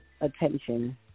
attention